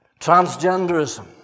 Transgenderism